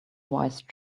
wise